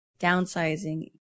downsizing